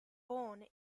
born